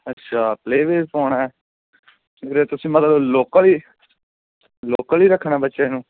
ਅੱਛਾ play way 'ਚ ਪਾਉਣਾ ਉਰੇ ਤੁਸੀਂ ਮਤਲਬ ਲੋਕਲ ਹੀ ਲੋਕਲ ਹੀ ਰੱਖਣਾ ਬੱਚੇ ਨੂੰ